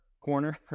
corner